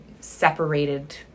separated